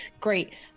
Great